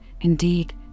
indeed